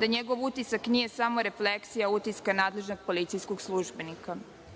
da njegov utisak nije samo refleksija utiska nadležnog policijskog službenika. Osnovni